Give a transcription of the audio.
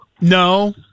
No